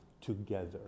together